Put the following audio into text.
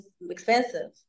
expensive